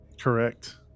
correct